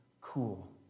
cool